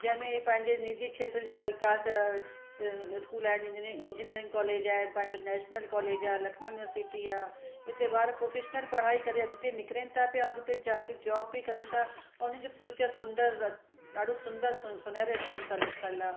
जंहिंमें पंहिंजे नीजी खेत्र जा विकास स्कूल आहिनि इंजिनी इंजनीयरिंग कॉलेज आहे पंहिंजो नैशनल कॉलेज आहे लखनऊ यूनीवर्सिटी आहे इते ॿार प्रोफेशनल पढ़ाई करे अॻिते निकरनि था पिया अॻिते जाके जॉब बि कनि था ओ उन जो फ्यूचर सुंदरु ॾाढो सुंदरु सु सुनहरे अशरन सां लिखियलु आहे